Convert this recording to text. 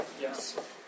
Yes